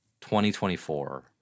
2024